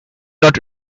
not